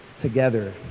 together